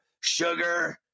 Sugar